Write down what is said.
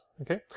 okay